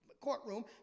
courtroom